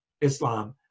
Islam